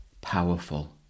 powerful